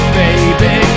baby